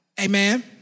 Amen